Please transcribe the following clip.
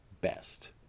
best